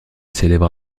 célèbre